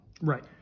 Right